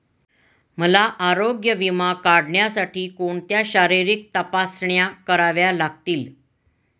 मला आरोग्य विमा काढण्यासाठी कोणत्या शारीरिक तपासण्या कराव्या लागतील?